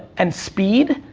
and speed,